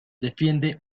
defiende